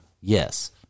yes